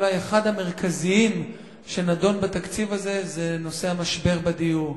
המרכזיים שנדונים בתקציב הזה זה נושא המשבר בדיור,